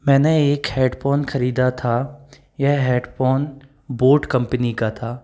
मैंने एक हेडफोन ख़रीदा था यह हेडफोन बोट कंपनी का था